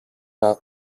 not